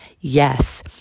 Yes